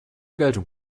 geltung